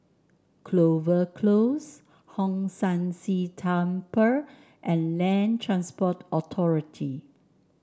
Clover Close Hong San See Temple and Land Transport Authority